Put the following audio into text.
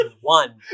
one